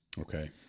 Okay